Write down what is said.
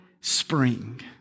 spring